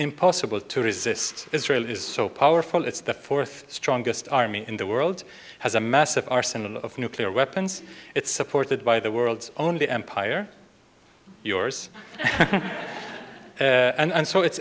impossible to resist israel is so powerful it's the fourth strongest army in the world has a massive arsenal of nuclear weapons it's supported by the world's only empire yours and so it's